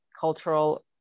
cultural